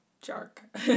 jerk